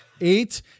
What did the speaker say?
Eight